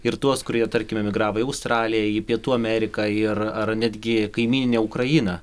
ir tuos kurie tarkime emigravo į australiją į pietų ameriką ir ar netgi kaimyninę ukrainą